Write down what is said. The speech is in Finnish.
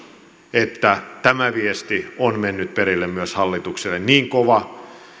että tämä viesti on mennyt perille myös hallitukselle niin